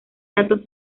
datos